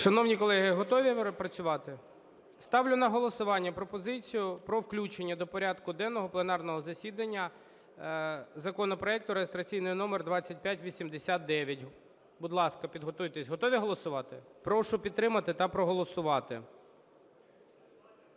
Шановні колеги, готові працювати? Ставлю на голосування пропозицію про включення до порядку денного пленарного засідання законопроекту реєстраційний номер 2589. Будь ласка, підготуйтесь. Готові голосувати? Прошу підтримати та проголосувати.